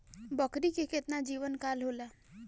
बकरी के केतना जीवन काल होला?